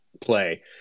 play